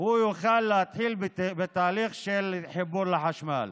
הוא יוכל להתחיל בתהליך של חיבור לחשמל.